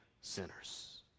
sinners